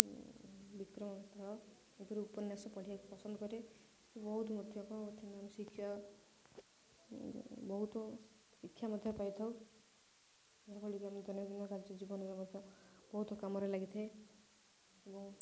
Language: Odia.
ବିକ୍ରମ ବେତାଳ ଏହିପରି ଉପନ୍ୟାସ ପଢ଼ିବାକୁ ପସନ୍ଦ କରେ ସେଠୁ ବହୁତ ମଧ୍ୟ କ'ଣ କରିଥାନ୍ତି ଆମେ ଶିକ୍ଷକ ବହୁତ ଶିକ୍ଷା ମଧ୍ୟ ପାଇଥାଉ ଯାହାଫଳକି ଆମେ ଦୈନନ୍ଦିନ କାର୍ଯ୍ୟ ଜୀବନରେ ମଧ୍ୟ ବହୁତ କାମରେ ଲାଗିଥାଏ ଏବଂ